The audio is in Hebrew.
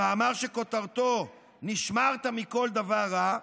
במאמר שכותרתו "נשמרת מכל דבר רע,